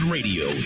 Radio